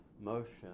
motion